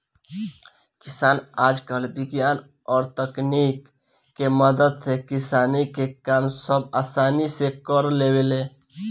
किसान आजकल विज्ञान और तकनीक के मदद से किसानी के काम सब असानी से कर लेवेले